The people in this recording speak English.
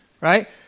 right